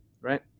Right